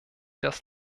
das